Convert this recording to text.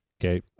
Okay